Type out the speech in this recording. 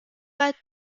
pas